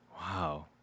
Wow